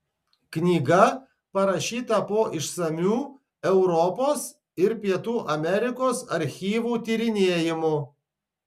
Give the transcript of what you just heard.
knyga parašyta po išsamių europos ir pietų amerikos archyvų tyrinėjimų